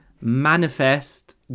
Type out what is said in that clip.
manifest